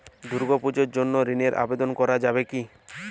দুর্গাপূজার জন্য ঋণের আবেদন করা যাবে কি?